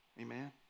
Amen